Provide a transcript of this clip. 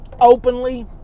openly